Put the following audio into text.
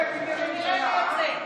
באמת בושה.